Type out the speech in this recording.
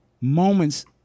moments